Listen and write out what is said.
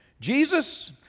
Jesus